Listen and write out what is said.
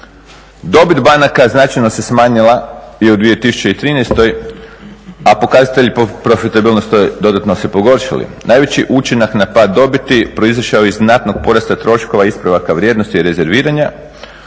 Dobit banaka značajno se smanjila i u 2013. a pokazatelji profitabilnosti dodatno se pogoršali. Najveći učinak na pad dobiti proizašao je iz znatnog porasta troškova ispravaka vrijednosti i rezerviranja